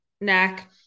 neck